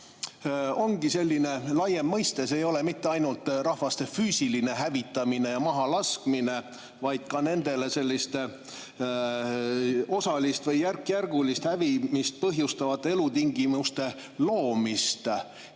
ongi selline laiem mõiste. See ei ole mitte ainult rahvaste füüsiline hävitamine, mahalaskmine, vaid ka nendele osalist või järkjärgulist hävimist põhjustavate elutingimuste loomine.